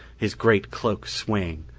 his great cloak swaying,